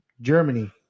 Germany